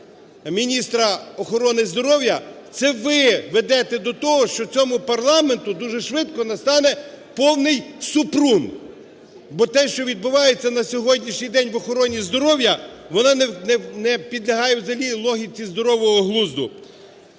міністра охорони здоров'я – це ви ведете до того, що цьому парламенту дуже швидко настане повний "супрун". Бо те, що відбувається на сьогоднішній день в охороні здоров'я, воно не підлягає взагалі логіці здорового глузду.